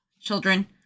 children